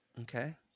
Okay